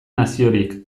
naziorik